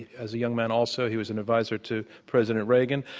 as a young man also, he was an advisor to president reagan.